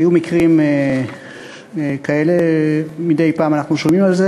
היו מקרים כאלה, מדי פעם אנחנו שומעים על זה.